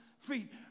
feet